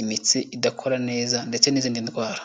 imitsi idakora neza ndetse n'izindi ndwara.